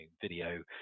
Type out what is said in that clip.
video